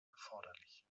erforderlich